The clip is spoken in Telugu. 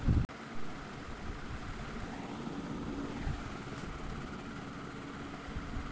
ఉపాధి హామీ పథకం పొందాలంటే ఎవర్ని కలవాలి?